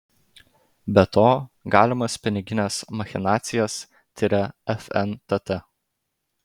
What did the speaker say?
be to galimas pinigines machinacijas tiria fntt